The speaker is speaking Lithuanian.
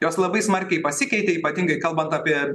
jos labai smarkiai pasikeitė ypatingai kalbant apie